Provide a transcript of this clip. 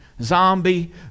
zombie